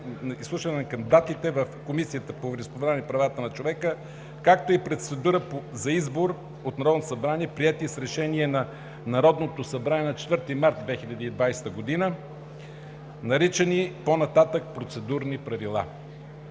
изслушване на кандидатите в Комисията по вероизповеданията и правата на човека, както и процедурата за избор от Народното събрание, приети с Решение на Народното събрание от 4 март 2020 г., наричани по-нататък „Процедурни правила”.